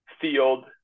field